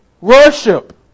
Worship